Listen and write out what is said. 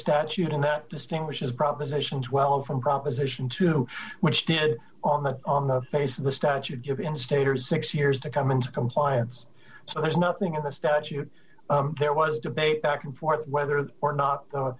statute in that distinguishes proposition twelve from proposition two which on the on the face of the statute given state or six years to come into compliance so there's nothing in the statute there was debate back and forth whether or not the